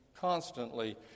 constantly